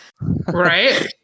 Right